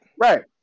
Right